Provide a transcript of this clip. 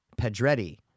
Pedretti